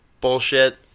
Bullshit